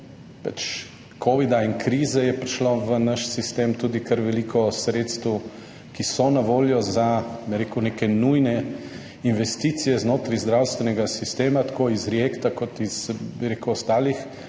covida in krize prišlo v naš sistem tudi kar veliko sredstev, ki so na voljo za neke nujne investicije znotraj zdravstvenega sistema, tako iz REACT kot iz ostalih